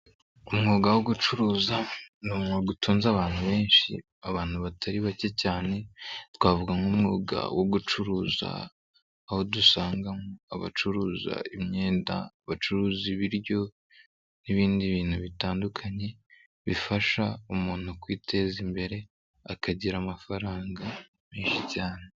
Umwuga wo gucuruza n'umwuga utunze abantu benshi, abantu batari bake cyane twavuga nk'umwuga wo gucuruza aho dusangamo abacuruza imyenda, bacuruza ibiryo n'ibindi bintu bitandukanye bifasha umuntu kwiteza imbere akagira amafaranga menshi cyane.